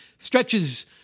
Stretches